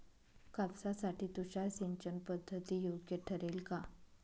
कापसासाठी तुषार सिंचनपद्धती योग्य ठरेल का?